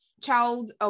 child